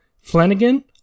Flanagan